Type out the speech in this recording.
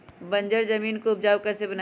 बंजर जमीन को उपजाऊ कैसे बनाय?